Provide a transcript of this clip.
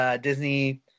Disney